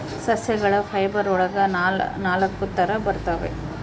ಸಸ್ಯಗಳ ಫೈಬರ್ ಒಳಗ ನಾಲಕ್ಕು ತರ ಬರ್ತವೆ